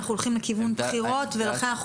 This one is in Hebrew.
אנחנו הולכים לכיוון בחירות ולכן אנחנו